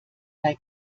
bei